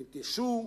ננטשו,